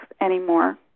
anymore